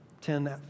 ten